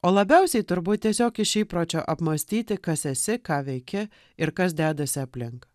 o labiausiai turbūt tiesiog iš įpročio apmąstyti kas esi ką veiki ir kas dedasi aplink